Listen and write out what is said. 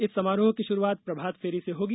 इस समारोह की शुरुआत प्रभात फेरी से होगी